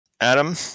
Adam